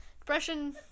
depression